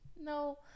No